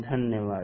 धन्यवाद